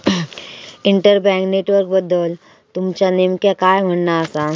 inter bank नेटवर्कबद्दल तुमचा नेमक्या काय म्हणना आसा